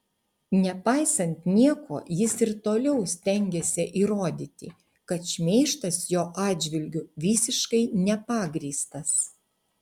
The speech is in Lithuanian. nepaisant nieko jis ir toliau stengiasi įrodyti kad šmeižtas jo atžvilgiu visiškai nepagrįstas